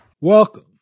Welcome